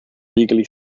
legally